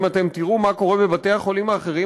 אם תראו מה קורה בבתי-החולים האחרים,